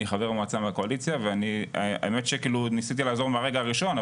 אני חבר מועצה מהקואליציה והאמת שניסיתי לעזור מהרגע הראשון,